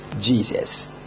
Jesus